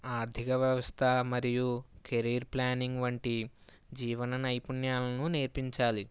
ఆర్థిక వ్యవస్థ మరియు కెరీర్ ప్లానింగ్ వంటి జీవన నైపుణ్యాలను నేర్పించాలి